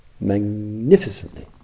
magnificently